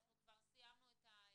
אנחנו כבר סיימנו את הדיון,